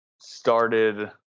started